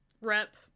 Rep